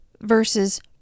versus